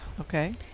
okay